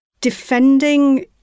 defending